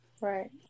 Right